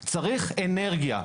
צריך אנרגיה.